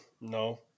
No